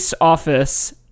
office